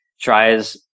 tries